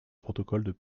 protocole